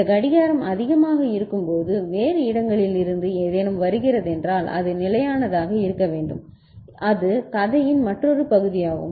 இந்த கடிகாரம் அதிகமாக இருக்கும்போது வேறு இடங்களிலிருந்து ஏதேனும் வருகிறதென்றால் அது நிலையானதாக இருக்க வேண்டும் அது கதையின் மற்றொரு பகுதியாகும்